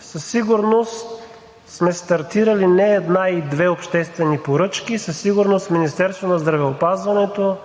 със сигурност сме стартирали не една и две обществени поръчки, със сигурност Министерството на здравеопазването,